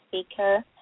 speaker